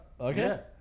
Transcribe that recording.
okay